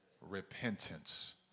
Repentance